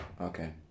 Okay